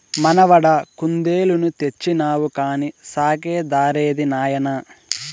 మనవడా కుందేలుని తెచ్చినావు కానీ సాకే దారేది నాయనా